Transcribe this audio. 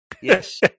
Yes